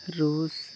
ᱨᱩᱥ